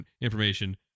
information